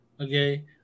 Okay